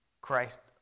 Christ